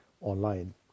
online